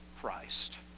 Christ